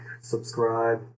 subscribe